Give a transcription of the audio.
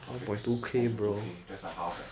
graphics one point two K that's like half leh